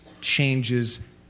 changes